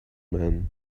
man